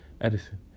Edison